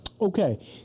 Okay